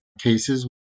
cases